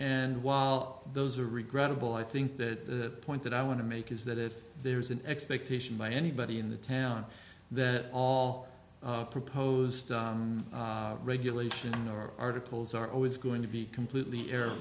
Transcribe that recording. and while those are regrettable i think that the point that i want to make is that if there is an expectation by anybody in the town that all proposed regulation or articles are always going to be completely error